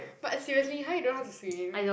but seriously !huh! you don't know how to swim